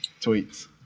tweets